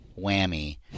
Whammy